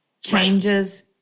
Changes